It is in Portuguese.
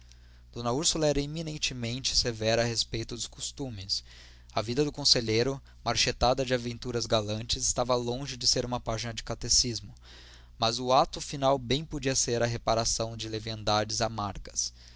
d úrsula era eminentemente severa a respeito de costumes a vida do conselheiro marchetada de aventuras galantes estava longe de ser uma página de catecismo mas o ato final bem podia ser a reparação de leviandades amargas